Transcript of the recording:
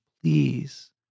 Please